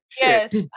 Yes